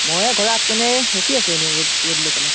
মই ঘৰত আগপিনে ৰখি আছোঁ এনেই ৰ'দ ৰ'দ লৈ পেলাই